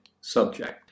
subject